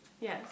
Yes